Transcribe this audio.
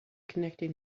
connecting